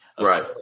Right